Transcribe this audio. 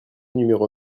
numéro